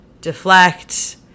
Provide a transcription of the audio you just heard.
deflect